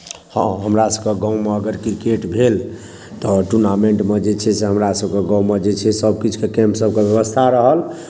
हँ हमरासभके गाममे अगर क्रिकेट भेल तऽ टूर्नामेंटमे जे छै से हमरासभके गाममे जे छै से सभकिछुके कैम्प सभके व्यवस्था रहल